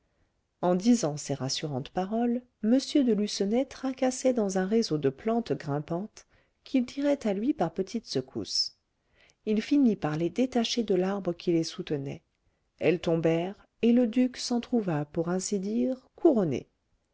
en disant ces rassurantes paroles m de lucenay tracassait dans un réseau de plantes grimpantes qu'il tirait à lui par petites secousses il finit par les détacher de l'arbre qui les soutenait elles tombèrent et le duc s'en trouva pour ainsi dire couronné